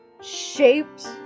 shaped